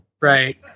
Right